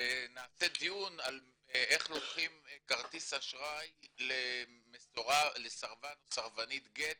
ונעשה דיון על איך לוקחים כרטיס אשראי לסרבן או סרבנית גט